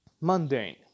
mundane